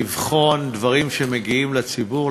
לבחון דברים שמגיעים לציבור.